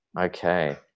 Okay